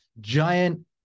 giant